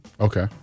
Okay